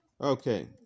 Okay